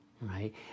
Right